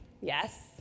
Yes